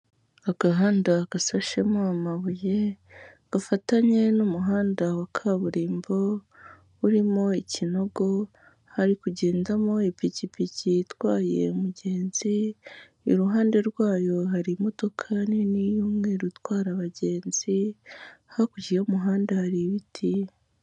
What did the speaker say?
Agahanda gasashemo amabuye gafatanye n'umuhanda wa kaburimbo urimo ikinogo, hari kugendamo ipikipiki itwaye umugenzi iruhande rwayo hari imodoka nini y'umweru itwara abagenzi hakurya y'umuhanda hari ibiti.